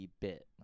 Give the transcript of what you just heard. bit